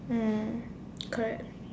mm correct